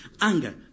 Anger